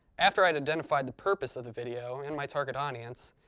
after i had identified the purpose of the video and my target audience,